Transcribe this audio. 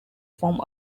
from